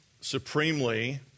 supremely